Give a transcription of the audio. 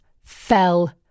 fell